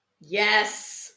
Yes